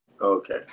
Okay